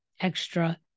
extra